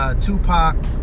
Tupac